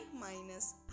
minus